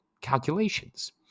calculations